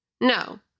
No